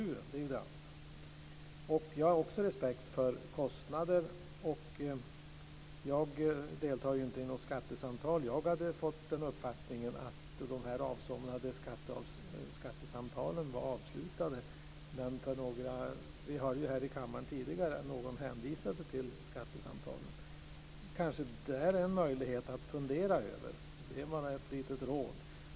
Det är det andra. Jag har också respekt för kostnader. Jag deltar ju inte i några skattesamtal, och jag hade fått uppfattningen att de avsomnade skattesamtalen också var avslutade. Men vi hörde ju här i kammaren tidigare att någon hänvisade till skattesamtalen. Kanske är det här en möjlighet att fundera över? Det är bara ett litet råd.